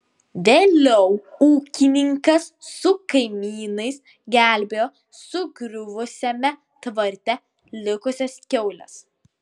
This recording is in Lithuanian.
vėliau ūkininkas su kaimynais gelbėjo sugriuvusiame tvarte likusias kiaules